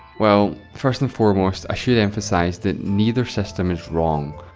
well, first and foremost, i should emphasise that neither system is wrong.